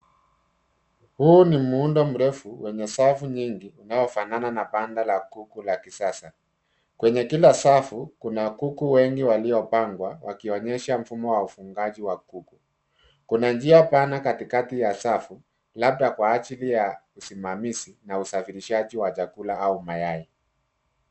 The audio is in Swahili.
Huu ni muundo mrefu wenye safu nyingi unaofanana na banda la kuku la kisasa. Kwenye kila safu kuna kuku wengi waliopangwa wakionyesha mfumo wa ufugaji wa kuku. Kuna njia pana katikati ya safu labda kwa ajili ya usimamizi na usafirishaji wa chakula au mayai.